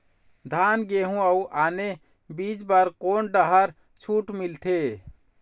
धान गेहूं अऊ आने बीज बर कोन डहर छूट मिलथे?